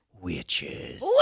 witches